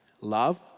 love